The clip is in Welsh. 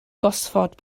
gosford